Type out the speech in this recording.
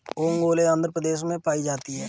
ओंगोले आंध्र प्रदेश में पाई जाती है